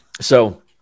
So-